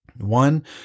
One